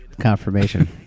confirmation